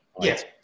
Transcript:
Yes